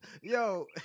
yo